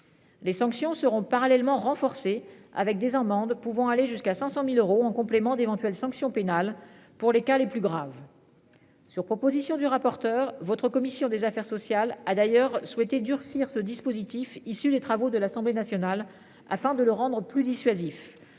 Les sanctions seront parallèlement renforcées avec des amendes pouvant aller jusqu'à 500.000 euros en complément d'éventuelles sanctions pénales pour les cas les plus graves. Sur proposition du rapporteur votre commission des affaires sociales a d'ailleurs souhaité durcir ce dispositif issu des travaux de l'Assemblée nationale afin de le rendre plus dissuasif.